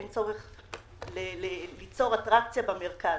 אין צורך ליצור אטרקציה במרכז.